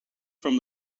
from